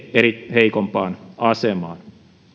heikompaan asemaan